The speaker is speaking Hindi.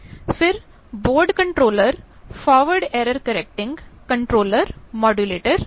फिर board controller forward error correcting controller modulator है